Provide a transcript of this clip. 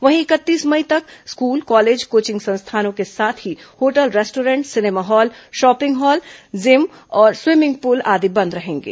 वहीं इकतीस मई तक स्कूल कॉलेज कोचिंग संस्थानों के साथ ही hotel restaurant cinema hall shopping hall gym और स्वीमिंग पुल आदि बंद रहेंगे